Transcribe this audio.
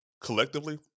collectively